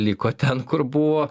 liko ten kur buvo